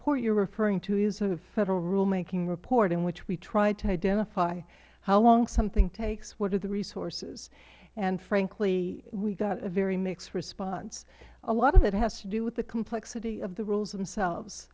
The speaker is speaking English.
report you are referring to is a federal rulemaking report in which we tried to identify how long something takes what are the resources and frankly we got a very mixed response a lot of it has to do with the complexity of the rules themselves